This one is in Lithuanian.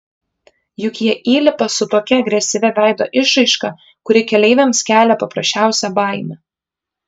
juk jie įlipa su tokia agresyvia veido išraiška kuri keleiviams kelia paprasčiausią baimę